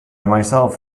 myself